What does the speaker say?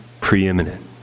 preeminent